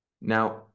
now